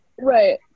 Right